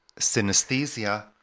Synesthesia